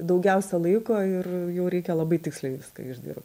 daugiausia laiko ir jau reikia labai tiksliai viską išdirb